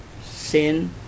sin